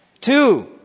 Two